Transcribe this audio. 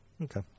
Okay